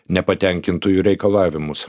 nepatenkintųjų reikalavimus